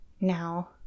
now